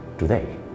today